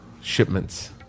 shipments